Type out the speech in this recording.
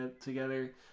together